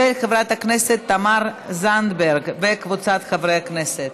של חברת הכנסת תמר זנדברג וקבוצת חברי הכנסת.